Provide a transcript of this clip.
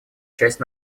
часть